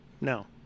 No